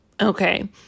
Okay